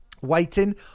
waiting